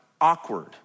awkward